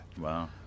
wow